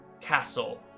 Castle